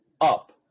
up